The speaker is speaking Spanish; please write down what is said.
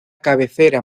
cabecera